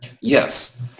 Yes